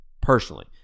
personally